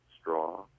straw